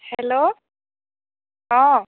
hello অঁ